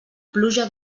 pluja